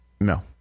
No